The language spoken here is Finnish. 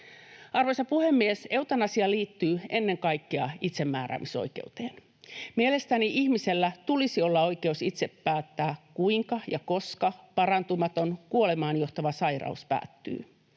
Arvoisa puhemies! Eutanasia liittyy ennen kaikkea itsemääräämisoikeuteen. Mielestäni ihmisellä tulisi olla oikeus itse päättää, kuinka ja koska parantumaton, kuolemaan johtava sairaus päättyy.